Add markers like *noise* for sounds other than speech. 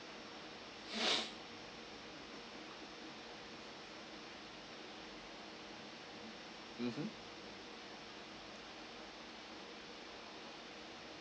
*noise* mmhmm